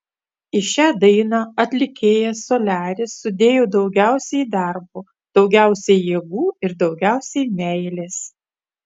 į šią dainą atlikėjas soliaris sudėjo daugiausiai darbo daugiausiai jėgų ir daugiausiai meilės